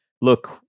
look